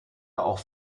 auch